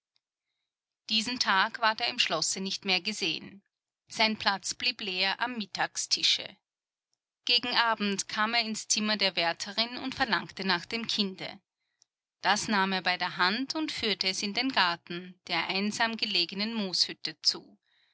diesen tag ward er im schlosse nicht mehr gesehen sein platz blieb leer am mittagstische gegen abend kam er ins zimmer der wärterin und verlangte nach dem kinde das nahm er bei der hand und führte es in den garten der einsam gelegenen mooshütte zu